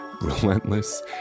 relentless